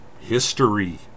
history